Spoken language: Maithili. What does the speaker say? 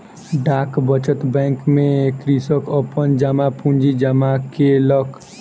डाक बचत बैंक में कृषक अपन जमा पूंजी जमा केलक